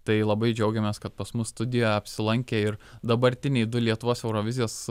tai labai džiaugiamės kad pas mus studijoje apsilankė ir dabartiniai du lietuvos eurovizijos